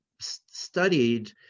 studied